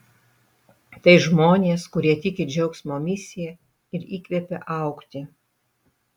tai žmonės kurie tiki džiaugsmo misija ir įkvepia augti